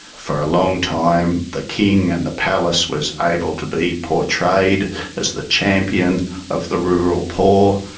for a long time the king and the palace was able to be portrayed as the champion of the rural poor,